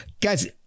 guys